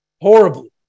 horribly